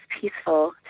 peaceful